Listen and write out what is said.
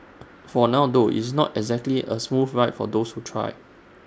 for now though IT is not exactly A smooth ride for those who try